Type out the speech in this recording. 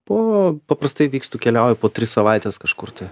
po paprastai vykstu keliauju po tris savaites kažkur tai